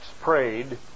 prayed